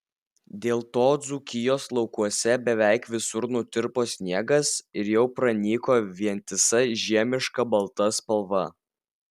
dėl to dzūkijos laukuose beveik visur nutirpo sniegas ir jau pranyko vientisa žiemiška balta spalva